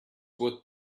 would